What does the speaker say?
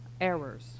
errors